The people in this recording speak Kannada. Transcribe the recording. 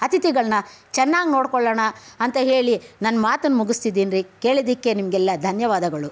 ಅತಿಥಿಗಳನ್ನ ಚೆನ್ನಾಗಿ ನೋಡಿಕೊಳ್ಳೋಣ ಅಂತ ಹೇಳಿ ನನ್ನ ಮಾತನ್ನು ಮುಗಿಸ್ತಿದ್ದೀನ್ರಿ ಕೇಳಿದ್ದಕ್ಕೆ ನಿಮಗೆಲ್ಲ ಧನ್ಯವಾದಗಳು